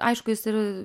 aišku jis ir